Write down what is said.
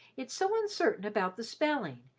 it's so uncertain about the spelling.